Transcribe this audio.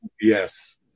Yes